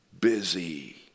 busy